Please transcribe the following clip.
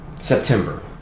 September